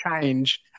change